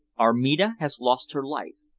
armida has lost her life.